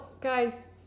guys